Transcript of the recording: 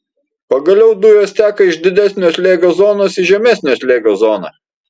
pagaliau dujos teka iš didesnio slėgio zonos į žemesnio slėgio zoną